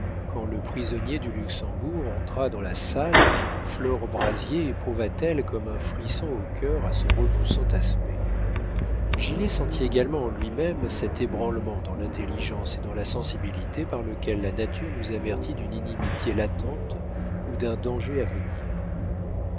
quand le prisonnier du luxembourg entra dans la salle flore brazier éprouva-t-elle comme un frisson au cœur à ce repoussant aspect gilet sentit également en lui-même cet ébranlement dans l'intelligence et dans la sensibilité par lequel la nature nous avertit d'une inimitié latente ou d'un danger à venir